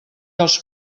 els